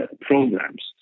Programs